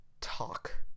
talk